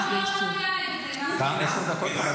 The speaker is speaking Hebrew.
למה הוא לא אומר מילה נגד זה?